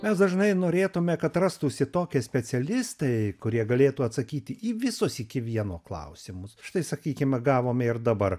mes dažnai norėtume kad rastųsi tokie specialistai kurie galėtų atsakyti į visus iki vieno klausimus štai sakykime gavome ir dabar